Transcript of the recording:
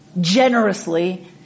generously